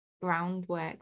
groundwork